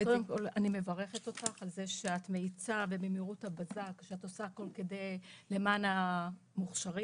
אני מברכת אותך על זה שאת מאיצה ועושה הכל למען המוכשרים.